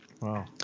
Wow